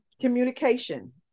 Communication